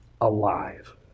alive